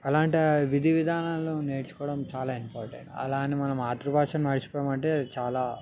అలాంటి విధి విధానాలలో నేర్చుకోవడం చాలా ఇంపార్టెంట్ అలా అని మన మాతృభాషని మర్చిపోవడం అంటే చాలా